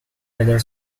either